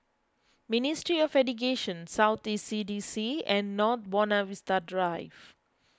Ministry of Education South East C D C and North Buona Vista Drive